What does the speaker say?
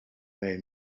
may